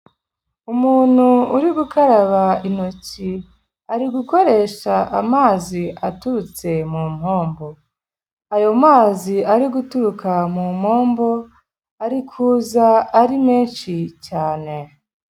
Umuntu uri gukaraba intoki ari gukoresha amazi aturutse mu mpombo, ayo mazi ari guturuka mu mpombo ari kuza ari menshi cyane.